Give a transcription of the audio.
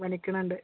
പനിക്കണൊണ്ട്